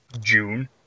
June